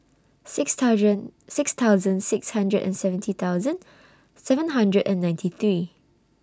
six thousand six thousand six hundred and seventy thousand seven hundred and ninety three